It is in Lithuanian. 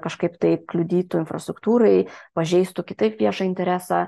kažkaip tai kliudytų infrastruktūrai pažeistų kitaip viešą interesą